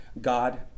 God